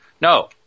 No